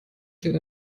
steht